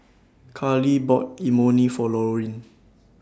Karley bought Imoni For Lorin